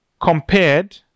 compared